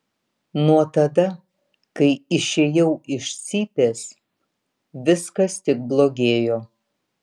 nuo tada kai išėjau iš cypės viskas tik blogėjo